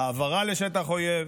העברה לשטח אויב,